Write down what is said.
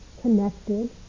connected